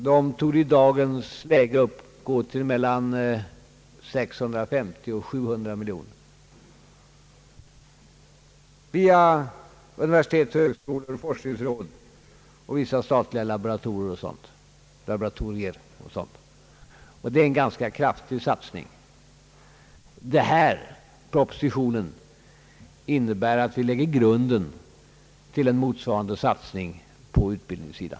De torde i dagens läge uppgå till mellan 650 och 700 miljoner kronor till universitet och högskolor, forskningsråd och vissa statliga laboratorier m.m. Det innebär en ganska kraftig satsning. Propositionen innebär att vi lägger grunden till en motsvarande satsning på utbildningssidan.